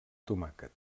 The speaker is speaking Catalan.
tomàquet